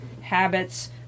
habits